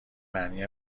معنی